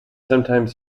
sometimes